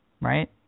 Right